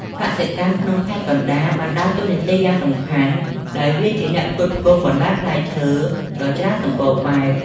កសិកម្មក្នុងខេត្តកណ្ដាលបានដើរតួនាទីយ៉ាងសំខាន់ ដោយវាជាអ្នកផ្គត់ផ្គង់បន្លែផ្លែឈើដ៏ច្រើនសម្បូរបែប។